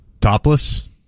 topless